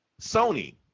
Sony